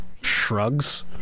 shrugs